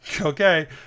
Okay